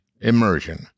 immersion